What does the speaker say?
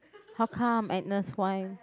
how come Agnus why